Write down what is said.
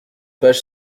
page